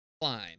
climb